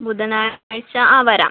ബുധനാഴ്ച ആ വരാം